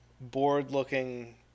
board-looking